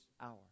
hour